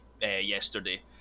yesterday